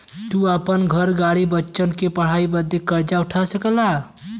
तू आपन घर, गाड़ी, बच्चन के पढ़ाई बदे कर्जा उठा सकला